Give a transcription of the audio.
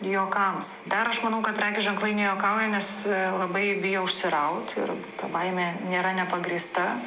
juokams dar aš manau kad prekės ženklai nejuokauja nes labai bijo užsiraut ir ta baimė nėra nepagrįsta